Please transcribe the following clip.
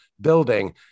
building